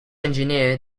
engineer